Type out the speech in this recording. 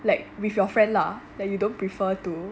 like with your friend lah that you don't prefer to